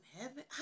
heaven